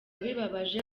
bibabaje